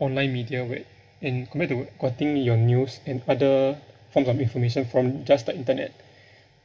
online media when and compared to w~ quoting your news and other forms of information from just the internet